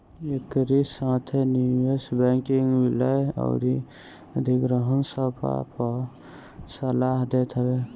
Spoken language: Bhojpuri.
एकरी साथे निवेश बैंकिंग विलय अउरी अधिग्रहण सौदा पअ सलाह देत हवे